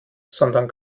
sondern